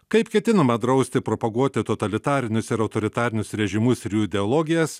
kaip ketinama drausti propaguoti totalitarinius ir autoritarinius režimus ir jų ideologijas